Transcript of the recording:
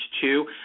two